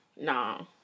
No